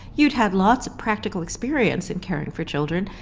you'd had lots of practical experience in caring for children.